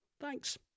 Thanks